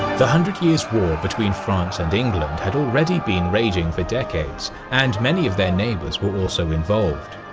the hundred years' war between france and england had already been raging for decades and many of their neighbors were also involved.